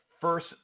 First